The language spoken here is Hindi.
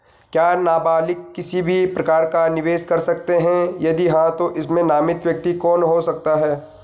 क्या नबालिग किसी भी प्रकार का निवेश कर सकते हैं यदि हाँ तो इसमें नामित व्यक्ति कौन हो सकता हैं?